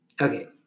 okay